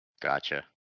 gotcha